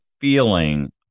feeling